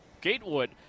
Gatewood